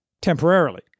temporarily